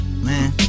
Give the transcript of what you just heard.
Man